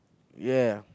ya